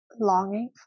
Longing